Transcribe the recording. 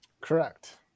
Correct